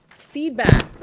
feedback.